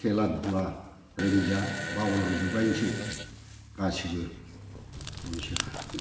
खेला दुला रोंलिया बावलां जोब्बायानोसै गासिबो बेनोसै